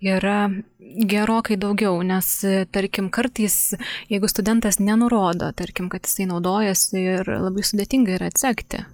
yra gerokai daugiau nes tarkim kartais jeigu studentas nenurodo tarkim kad jisai naudojosi ir labai sudėtinga yra atsekti